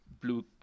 blue